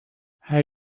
how